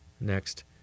Next